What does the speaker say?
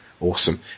Awesome